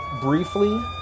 briefly